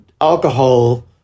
alcohol